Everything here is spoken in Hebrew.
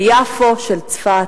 של יפו, של צפת,